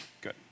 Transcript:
good